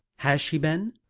has she been?